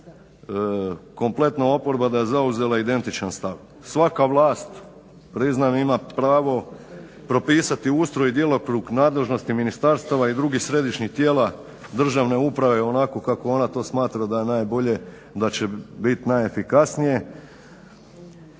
kompletno oporba da je zauzela identičan stav. Svaka vlast pravo propisati ustroj i djelokrug nadležnosti ministarstava i drugih središnjih tijela državne uprave onako kako ona to smatra da je najbolje da će biti najefikasnije.